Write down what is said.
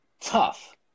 tough